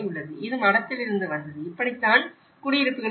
இது மடத்திலிருந்து வந்தது இப்படித்தான் குடியிருப்புகள் இருந்தன